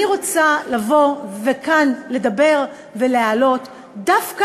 אני רוצה לבוא ולדבר כאן ולהעלות דווקא